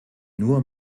nur